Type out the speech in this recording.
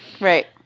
Right